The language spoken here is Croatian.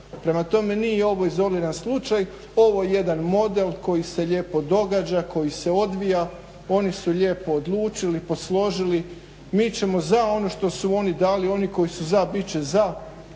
Prema tome, nije ovo izoliran slučaj, ovo je jedan model koji se lijepo događa, koji se odvija, oni su lijepo odlučili, posložili. Mi ćemo za ono što su oni dali oni koji su bit će za,